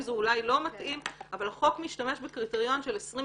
זה אולי לא מתאים אבל החוק משתמש בקריטריון של 25